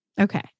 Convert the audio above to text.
Okay